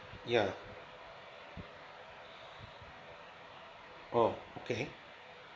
yeah oh okay